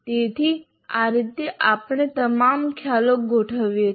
તેથી આ રીતે આપણે તમામ ખ્યાલો ગોઠવીએ છીએ